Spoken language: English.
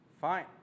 Fine